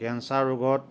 cancer ৰোগত